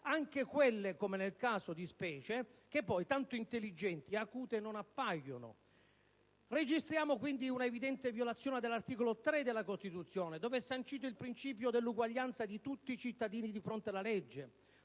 anche quelle, come nel caso di specie, che poi tanto intelligenti ed acute non appaiono. Registriamo quindi un'evidente violazione dell'articolo 3 della Costituzione, dove è sancito il principio dell'uguaglianza di tutti i cittadini di fronte alla legge,